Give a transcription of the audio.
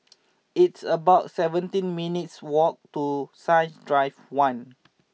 it's about seventeen minutes' walk to Science Drive one